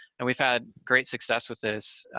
and we've had great success with this,